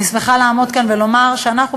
אני שמחה לעמוד כאן ולומר שאנחנו,